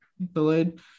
Delayed